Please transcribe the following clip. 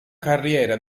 carriera